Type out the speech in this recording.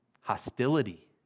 hostility